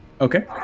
Okay